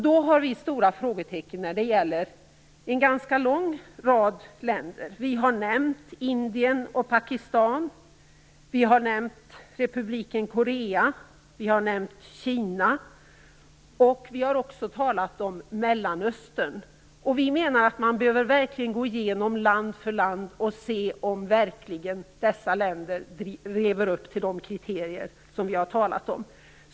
Då har vi rest stora frågetecken när det gäller en rad länder. Vi har nämnt Indien, Pakistan, republiken Korea, Kina och Mellanöstern. Man behöver verkligen gå igenom land för land och se om dessa länder verkligen lever upp till de kriterier som vi har fastställt.